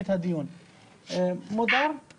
אני